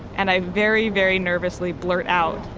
and i very very nervously blurt out,